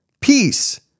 peace